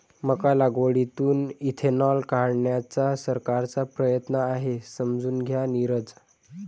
मका लागवडीतून इथेनॉल काढण्याचा सरकारचा प्रयत्न आहे, समजून घ्या नीरज